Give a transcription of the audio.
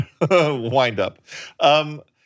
wind-up